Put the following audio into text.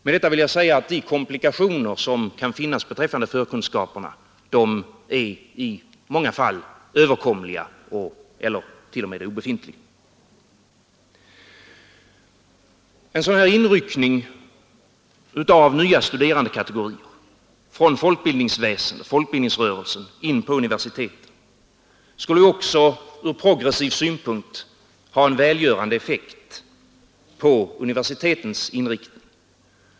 — Med detta vill jag säga att de komplikationer som kan finnas beträffande förkunskaperna i många fall är överkomliga eller till och med obefintliga. En sådan inriktning till universiteten av nya studerandekategorier från folkbildningsrörelsen skulle också ur progressiv synpunkt ha en välgörande effekt på universitetens inriktning.